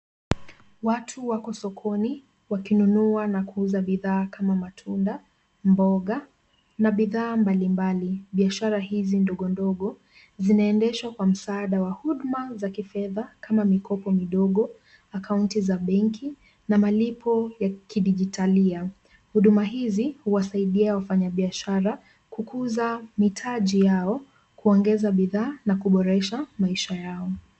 Watu wako sokoni wakinunua na kuuza bidhaa kama matunda, mboga, na bidhaa mbalimbali, biashara hizi ndogo ndogo zinaendeshwa kwa msaada wa huduma za kifedha kama mikopo midogo, akaunti za benki na malipo ya kidijitalia huduma hizi huwasaidia wafanyabiashara kukuza mitaji yao kuongeza bidhaa na kuboresha maisha yao.